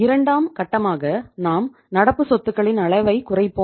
இரண்டாம் கட்டமாக நாம் நடப்பு சொத்துக்களின் அளவை குறைப்போம்